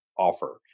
offer